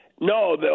No